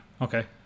okay